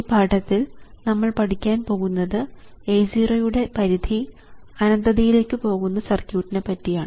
ഈ പാഠത്തിൽ നമ്മൾ പഠിക്കാൻ പോകുന്നത് A 0 യുടെ പരിധി അനന്തതയിലേക്കു പോകുന്ന സർക്യൂട്ടിനെ പറ്റിയാണ്